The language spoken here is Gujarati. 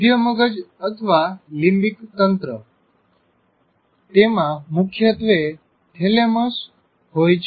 મઘ્ય મગજ અથવા લિંબીક તંત્ર તેમાં મુખ્યત્વે થેલેમસ હોય છે